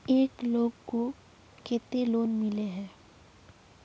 एक लोग को केते लोन मिले है?